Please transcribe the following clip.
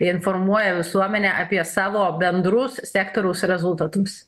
informuoja visuomenę apie savo bendrus sektoriaus rezultatus